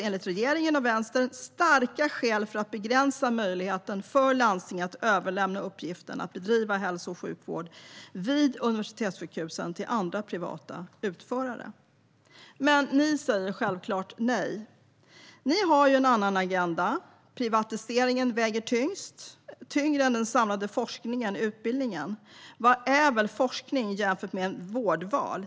Enligt regeringen och Vänstern finns det alltså starka skäl till att begränsa möjligheten för landstingen att överlämna uppgiften att bedriva hälso och sjukvård vid universitetssjukhusen till andra, privata, utförare. Men ni säger självklart nej. Ni har en annan agenda. Privatiseringen väger tyngre än den samlade forskningen och utbildningen. Vad är väl forskning jämfört med ett vårdval!